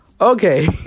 Okay